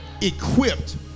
equipped